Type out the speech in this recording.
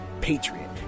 patriot